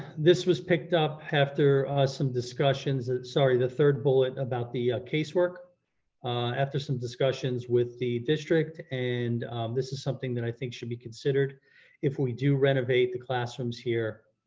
this was picked up after some discussions, sorry, the third bullet about the casework after some discussions with the district and this is something that i think should be considered if we do renovate the classrooms here.